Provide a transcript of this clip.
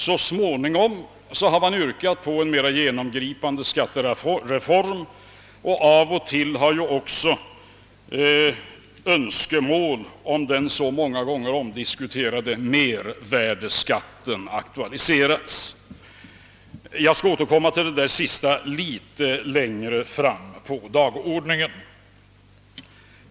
Så småningom har man yrkat på en mera genomgripande skattereform, och av och till har också önskemål om den så många gånger omdiskuterade mervärdeskatten aktualiserats. Jag skall återkomma till det sista litet längre fram på dagordningen.